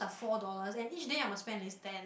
four dollars and each day I must spend at least ten